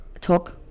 Talk